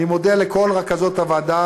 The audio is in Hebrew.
אני מודה לכל רכזות הוועדה,